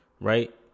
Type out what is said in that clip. right